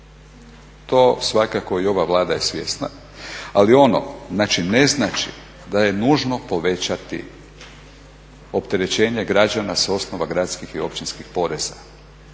to svakako i ova Vlada je svjesna, ali ono znači ne znači da je nužno povećati opterećenje građana s osnova gradskih i općinskih poreza.